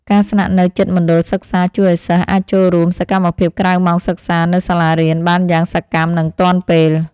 ការស្នាក់នៅជិតមណ្ឌលសិក្សាជួយឱ្យសិស្សអាចចូលរួមសកម្មភាពក្រៅម៉ោងសិក្សានៅសាលារៀនបានយ៉ាងសកម្មនិងទាន់ពេល។